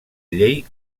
llei